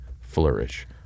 flourish